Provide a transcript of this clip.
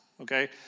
okay